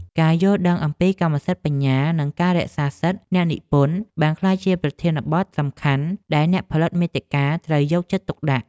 ការយល់ដឹងអំពីកម្មសិទ្ធិបញ្ញា និងការរក្សាសិទ្ធិអ្នកនិពន្ធបានក្លាយជាប្រធានបទសំខាន់ដែលអ្នកផលិតមាតិកាត្រូវយកចិត្តទុកដាក់។